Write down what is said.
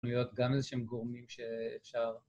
להיות גם איזה שהם גורמים שאפשר